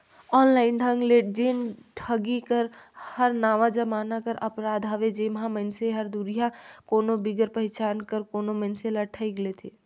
online ढंग ले जेन ठगी हर नावा जमाना कर अपराध हवे जेम्हां मइनसे हर दुरिहां कोनो बिगर पहिचान कर कोनो मइनसे ल ठइग लेथे